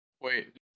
Wait